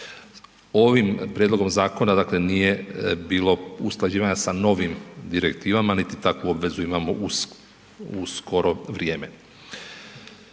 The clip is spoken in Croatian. Ovim prijedlogom zakona dakle nije bilo usklađivanja sa novim direktivama niti takvu obvezu imamo u skoro vrijeme.